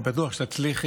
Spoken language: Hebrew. אני בטוח שתצליחי,